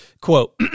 Quote